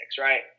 right